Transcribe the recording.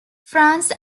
france